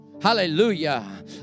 Hallelujah